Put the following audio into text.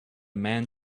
man